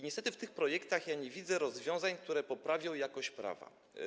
Niestety w tych projektach nie widzę rozwiązań, które poprawią jakość prawa.